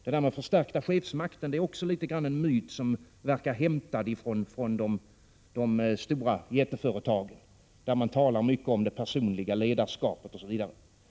Det där med den förstärkta chefsmakten är för övrigt också en myt, som verkar hämtad från de stora jätteföretagen, där man talar mycket om det personliga ledarskapet osv.